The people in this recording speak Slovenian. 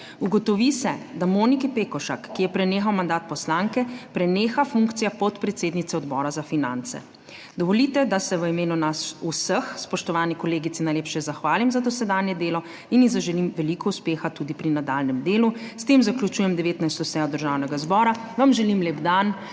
Ugotovi se, da Moniki Pekošak, ki ji je prenehal mandat poslanke, preneha funkcija podpredsednice Odbora za finance. Dovolite, da se v imenu nas vseh spoštovani kolegici najlepše zahvalim za dosedanje delo in ji zaželim veliko uspeha tudi pri nadaljnjem delu. S tem zaključujem 19. sejo Državnega zbora. Želim vam lep dan